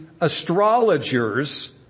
astrologers